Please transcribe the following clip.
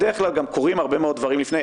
בדרך כלל גם קורים הרבה מאוד דברים גם לפני כן.